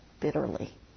bitterly